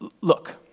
Look